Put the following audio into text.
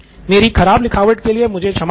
मेरी खराब लिखावट के लिए मुझे क्षमा करें